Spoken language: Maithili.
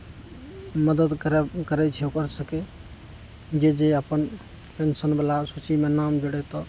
मदद करै करै छै ओकर सबके जे जे अपन पेन्शन बला सूचीमे नाम जोड़ै तऽ